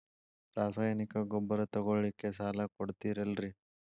ರಾಸಾಯನಿಕ ಗೊಬ್ಬರ ತಗೊಳ್ಳಿಕ್ಕೆ ಸಾಲ ಕೊಡ್ತೇರಲ್ರೇ?